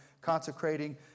consecrating